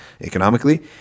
economically